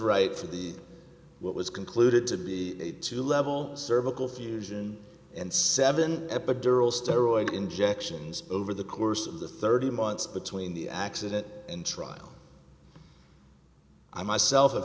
right for the what was concluded to be two level cervical fusion and seven epidural steroid injections over the course of the thirty months between the accident and trial i myself have